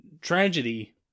tragedy